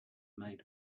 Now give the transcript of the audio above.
made